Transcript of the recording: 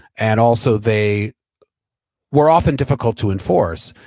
and also they were often difficult to enforce,